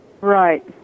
Right